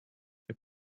they